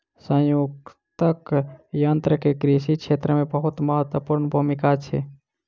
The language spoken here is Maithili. संयुक्तक यन्त्र के कृषि क्षेत्र मे बहुत महत्वपूर्ण भूमिका अछि